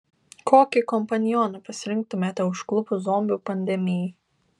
kokį kompanioną pasirinktumėte užklupus zombių pandemijai